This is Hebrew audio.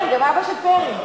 גם אבא של פרי.